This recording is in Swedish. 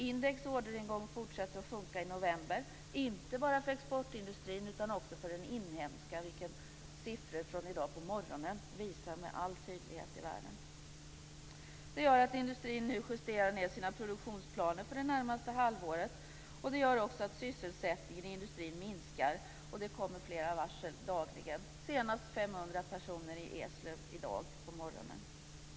Index och orderingång fortsatte att sjunka i november, inte bara för exportindustrin utan också för den inhemska, vilket siffror från i dag på morgonen visar med all tydlighet i världen. Det gör att industrin nu justerar ned sina produktionsplaner för det närmaste halvåret. Det gör också att sysselsättningen i industrin minskar. Det kommer flera varsel dagligen, senast 500 personer i Eslöv i dag på morgonen.